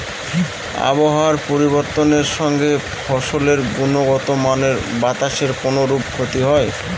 আবহাওয়ার পরিবর্তনের সঙ্গে ফসলের গুণগতমানের বাতাসের কোনরূপ ক্ষতি হয়?